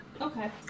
Okay